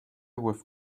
with